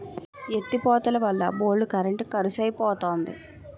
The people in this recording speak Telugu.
ఎత్తి పోతలవల్ల బోల్డు కరెంట్ కరుసైపోతంది